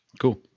cool